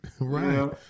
right